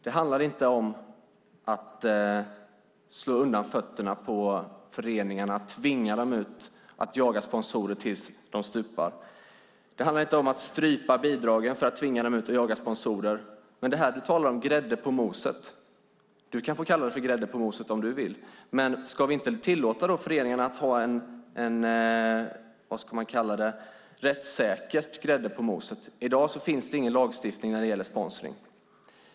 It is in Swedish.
Det handlar inte om att slå undan fötterna på föreningarna, att tvinga dem ut och jaga sponsorer tills de stupar. Det handlar inte om att strypa bidragen för att tvinga dem ut och jaga sponsorer. Du talar om grädde på moset. Du kan få kalla det grädde på moset, om du vill, men ska vi inte tillåta föreningarna att ha ett rättssäkert grädde på moset? I dag finns ingen lagstiftning för sponsring.